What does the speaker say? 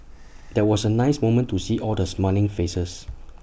that was A nice moment to see all the smiling faces